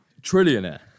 Trillionaire